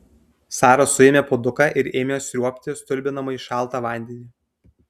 sara suėmė puoduką ir ėmė sriuobti stulbinamai šaltą vandenį